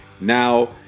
now